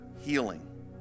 healing